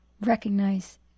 recognize